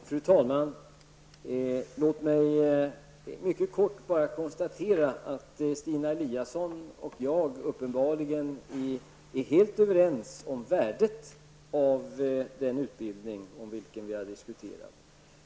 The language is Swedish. Fru talman! Låt mig mycket kort konstatera att Stina Eliasson och jag uppenbarligen är helt överens om värdet av den utbildning om vilken vi har diskuterat.